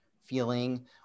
feeling